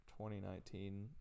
2019